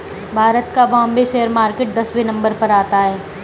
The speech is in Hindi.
भारत का बाम्बे शेयर मार्केट दसवें नम्बर पर आता है